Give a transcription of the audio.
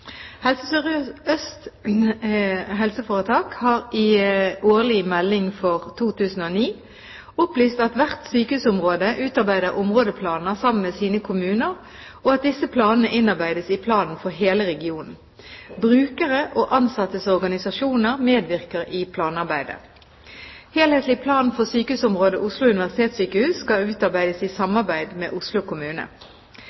Helse Sør-Øst RHF har i årlig melding for 2009 opplyst at hvert sykehusområde utarbeider områdeplaner sammen med sine kommuner, og at disse planene innarbeides i planen for hele regionen. Brukere og ansattes organisasjoner medvirker i planarbeidet. Helhetlig plan for sykehusområdet Oslo universitetssykehus skal utarbeides i